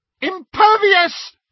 Impervious